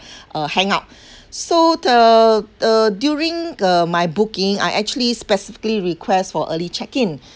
a hangout so the uh during uh my booking I actually specifically request for early check-in